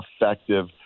effective